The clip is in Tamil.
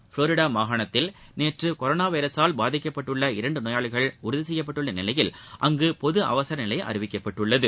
ஃபுளோரிடா மாகாணத்தில் நேற்று கொரோனா வைரஸால் பாதிக்கப்பட்டுள்ள இரண்டு நோயாளிகள் உறுதி செய்யப்பட்டுள்ள நிலையில் அங்கு பொது அவசர நிலை அறிவிக்கப்பட்டுள்ளது